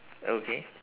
okay